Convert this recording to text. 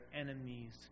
enemies